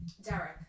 Derek